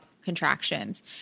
contractions